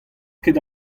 ket